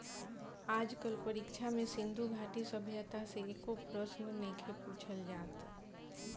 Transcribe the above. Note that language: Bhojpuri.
आज कल परीक्षा में सिन्धु घाटी सभ्यता से एको प्रशन नइखे पुछल जात